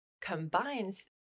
combines